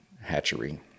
hatchery